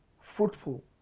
fruitful